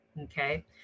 okay